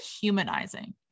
humanizing